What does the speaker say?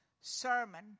sermon